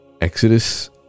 exodus